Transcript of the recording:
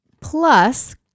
plus